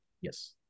yes